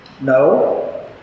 No